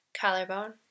Collarbone